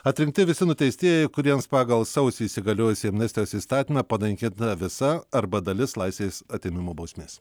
atrinkti visi nuteistieji kuriems pagal sausį įsigaliojusį amnestijos įstatymą panaikinta visa arba dalis laisvės atėmimo bausmės